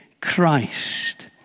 Christ